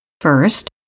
First